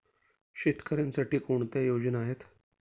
शेतकऱ्यांसाठी कोणत्या योजना आहेत?